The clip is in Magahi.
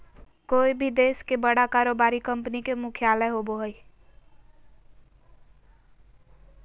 कोय भी देश के बड़ा कारोबारी कंपनी के मुख्यालय होबो हइ